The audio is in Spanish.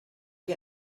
que